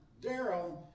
Daryl